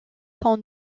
sont